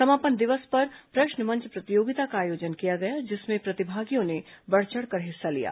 समापन दिवस पर प्रश्न मंच प्रतियोगिता का आयोजन किया गया जिसमें प्रतिभागियों ने बढ़ चढ़कर हिस्सा लिया